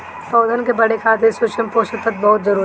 पौधन के बढ़े खातिर सूक्ष्म पोषक तत्व बहुत जरूरी बा